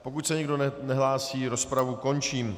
Pokud se nikdo nehlásí, rozpravu končím.